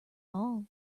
all